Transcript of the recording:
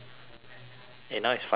eh now is five thirty